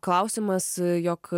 klausimas jog